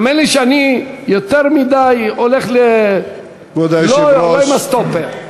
האמן לי שאני יותר מדי לא עם הסטופר.